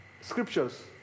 scriptures